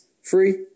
free